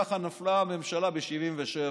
ככה נפלה הממשלה ב-1977.